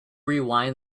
rewind